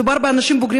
מדובר באנשים בוגרים,